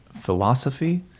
philosophy